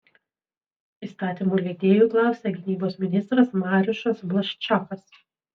įstatymų leidėjų klausė gynybos ministras mariušas blaščakas